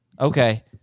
Okay